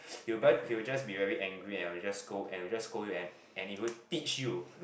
he will he will just be very angry and will just scold and will just scold you and and he will teach you